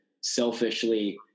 selfishly